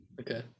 Okay